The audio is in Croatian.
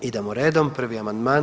Idemo redom, prvi amandman.